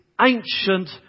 ancient